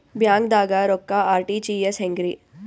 ಬ್ಯಾಂಕ್ದಾಗ ರೊಕ್ಕ ಆರ್.ಟಿ.ಜಿ.ಎಸ್ ಹೆಂಗ್ರಿ?